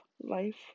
Life